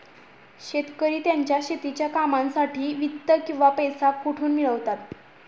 शेतकरी त्यांच्या शेतीच्या कामांसाठी वित्त किंवा पैसा कुठून मिळवतात?